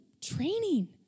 training